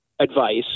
advice